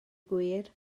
gwir